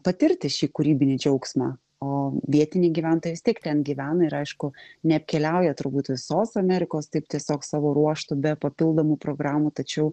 patirti šį kūrybinį džiaugsmą o vietiniai gyventojai vis tiek ten gyvena ir aišku neapkeliauja turbūt visos amerikos taip tiesiog savo ruožtu be papildomų programų tačiau